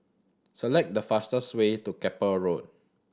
select the fastest way to Keppel Road